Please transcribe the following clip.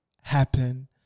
happen